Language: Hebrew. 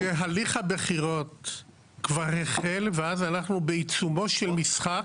ההנחה שלך שהליך הבחירות כבר החל ואז אנחנו בעיצומו של משחק.